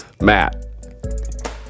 Matt